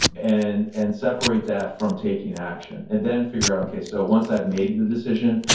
and and separate that from taking action. and then figure out okay, so once i've made the decision,